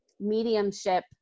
mediumship